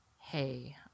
hey